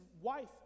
wife